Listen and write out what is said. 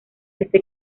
este